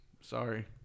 Sorry